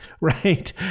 Right